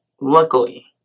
luckily